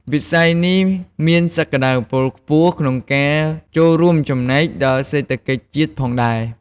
វិស័យនេះមានសក្តានុពលខ្ពស់ក្នុងការចូលរួមចំណែកដល់សេដ្ឋកិច្ចជាតិផងដែរ។